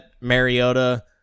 Mariota